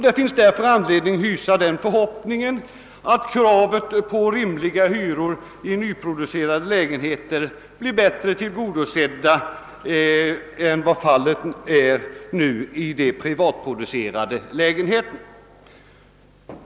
Det finns därför anledning hoppas att kravet på rimliga hyror i nyproducerade lägenheter blir bättre tillgodosett än vad fallet nu är i de privatproducerade lägenheterna.